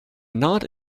not